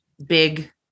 Big